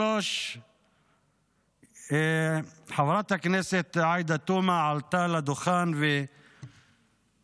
שלוש חברת הכנסת עאידה תומא עלתה לדוכן והציעה